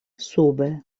sube